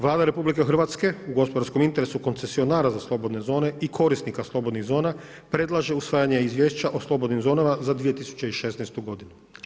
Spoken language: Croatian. Vlada RH u gospodarskom interesu koncesionara za slobodne zone i korisnika slobodnih zona predlaže usvajanje izvješća o slobodnim zonama za 2016. godinu.